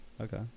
Okay